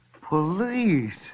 Police